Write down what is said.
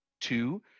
Two